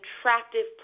attractive